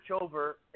over